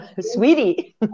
sweetie